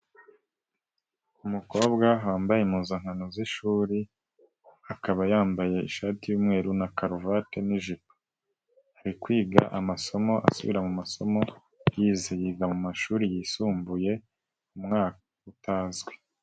Umukobwa wambaye impuzankano z'ishuri akaba yambaye ishati y'umweru na karuvati n'ijipo, ari kwiga amasomo asubira mu masomo yize, yiga mu mumashuri yisumbuye umwaka utazwi.